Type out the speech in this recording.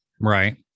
right